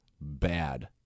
bad